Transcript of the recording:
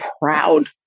proud